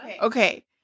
Okay